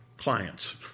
clients